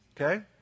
Okay